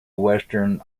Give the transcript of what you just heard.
western